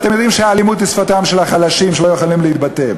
אתם יודעים שהאלימות היא שפתם של החלשים שלא יכולים להתבטא.